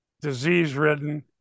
disease-ridden